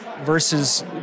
versus